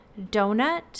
donut